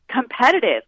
competitive